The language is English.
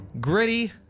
gritty